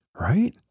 right